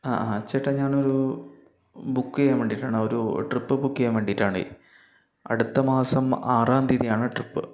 ആ ആ ചേട്ടാ ഞാനൊരു ബുക്ക് ചെയ്യാൻ വേണ്ടിയിട്ടാണ് ഒരു ട്രിപ്പ് ബുക്ക് ചെയ്യാൻ വേണ്ടിയിട്ടാണേ അടുത്ത മാസം ആറാം തീയതി ആണ് ട്രിപ്പ്